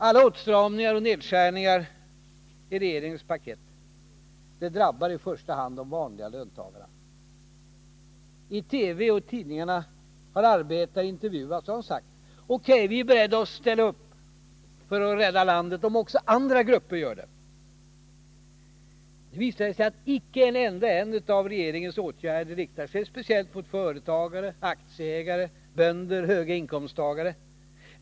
Alla åtstramningar och nedskärningar i regeringens paket drabbar i första hand de vanliga löntagarna. I TV och i tidningarna har arbetare intervjuats och sagt: O.K., vi är beredda att ställa upp för att rädda landet, om andra grupper också gör det. Nu visar det sig att icke en enda av regeringens åtgärder riktar sig speciellt mot företagare, aktieägare, bönder, höga inkomsttagare.